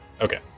Okay